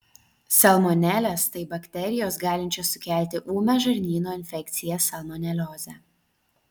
salmonelės tai bakterijos galinčios sukelti ūmią žarnyno infekciją salmoneliozę